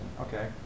okay